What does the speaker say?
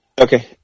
Okay